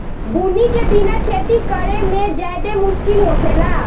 बुनी के बिना खेती करेमे ज्यादे मुस्किल होखेला